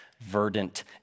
verdant